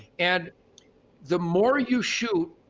and the more you shoot,